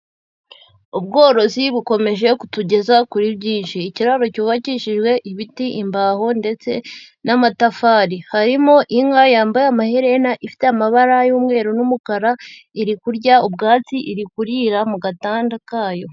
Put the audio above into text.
Ubworozi bukomeje kutugeza kuri byinshi, ikiraro cyubakishijwe ibiti, imbaho ndetse n'amatafari, harimo inka yambaye amaherena ifite amabara y'umweru n'umukara, iri kurya ubwatsi, iri kurira mu gatanda kayo.